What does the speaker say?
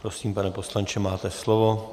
Prosím, pane poslanče, máte slovo.